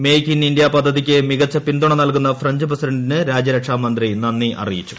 make in India പദ്ചൂതിക്ക് മികച്ച പിന്തുണ നൽകുന്ന ഫ്രഞ്ച് പ്രസിഡന്റിന് രാജ്യരക്ഷാ ്മന്ത്രി നന്ദി അറിയിച്ചു